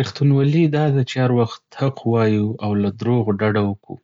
رښتينولي دا ده چې هر وخت حق وايو او له دروغو ډډه وکړو.